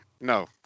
No